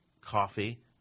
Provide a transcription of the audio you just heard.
coffee